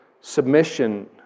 submission